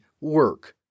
work